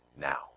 now